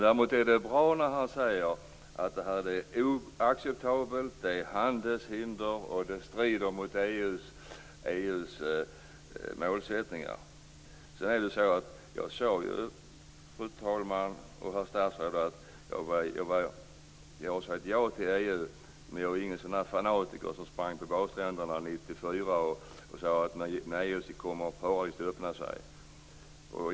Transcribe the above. Däremot är det bra att Pagrotsky säger att det här är oacceptabelt, att det är handelshinder och att det strider mot EU:s målsättningar. Jag har, fru talman och herr statsråd, sagt ja till EU, men jag är ingen fanatiker, som sprang på badstränderna 1994 och sade att med EU kommer paradiset att öppna sig.